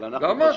אבל אנחנו חשבנו